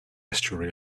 estuary